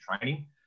training